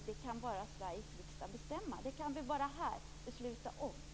Det kan bara Sveriges riksdag bestämma. Det kan vi bara besluta om här.